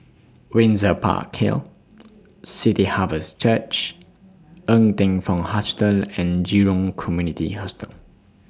Windsor Park Hill City Harvest Church Ng Teng Fong Hospital and Jurong Community Hospital